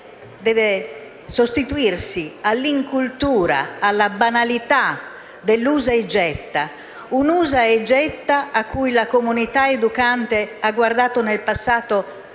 deve sostituirsi all'incultura, alla banalità dell'usa e getta, un usa e getta a cui la comunità educante ha guardato nel passato